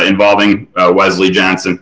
involving wisely johnson